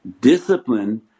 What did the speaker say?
discipline